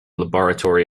laboratory